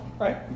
right